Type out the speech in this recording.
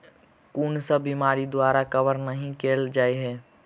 कुन सब बीमारि द्वारा कवर नहि केल जाय है?